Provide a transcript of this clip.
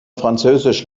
französisch